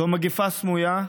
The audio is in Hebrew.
זו מגפה סמויה,